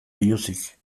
biluzik